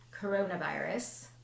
coronavirus